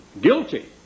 guilty